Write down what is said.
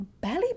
Belly